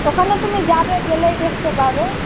ওখানে তুমি যাবে গেলেই দেখতে পাবে